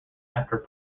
after